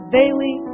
daily